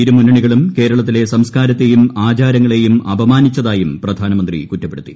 ഇരു മുന്നണികളും കേരളത്തിലെ സംസ്കാരത്തെയും ആചാരങ്ങളെയും അപമാനിച്ചതായും പ്രധാനമന്ത്രി കുറ്റപ്പെടുത്തി